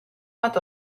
bat